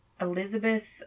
Elizabeth